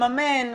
לממן,